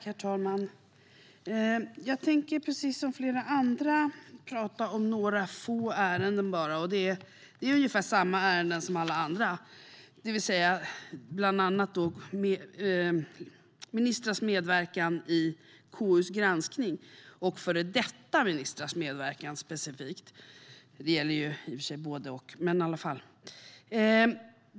Herr talman! Precis som flera andra tänker jag tala om några få ärenden. Det är ungefär samma ärenden som alla andra har talat om, det vill säga bland annat ministrars medverkan i KU:s granskning och specifikt före detta ministrars medverkan.